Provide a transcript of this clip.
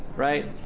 right?